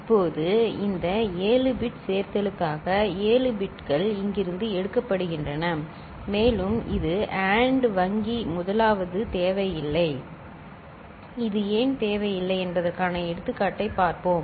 இப்போது இந்த 7 பிட் சேர்த்தலுக்காக 7 பிட்கள் இங்கிருந்து எடுக்கப்படுகின்றன மேலும் இது AND வங்கி முதலாவது தேவையில்லை இது ஏன் தேவையில்லை என்பதற்கான எடுத்துக்காட்டைப் பார்ப்போம்